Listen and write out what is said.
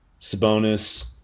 Sabonis